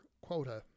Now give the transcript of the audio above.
quota